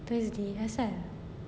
thursday asal